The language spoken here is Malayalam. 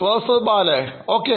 പ്രൊഫസർബാല Ok